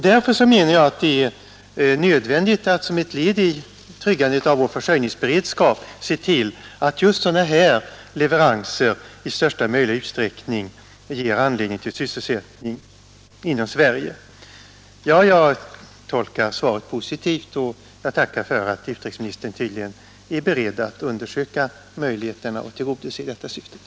Därför anser jag att det är nödvändigt att som ett led i tryggandet av vår försörjningsberedskap se till att just sådana här leveranser i största möjliga utsträckning ger anledning till sysselsättning inom Sverige. Jag tolkar svaret positivt och tackar för att utrikesministern tydligen är beredd att undersöka möjligheterna att tillgodose detta önskemål.